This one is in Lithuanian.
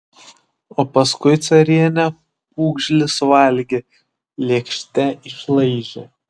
o paskui carienė pūgžlį suvalgė lėkštę išlaižė